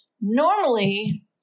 normally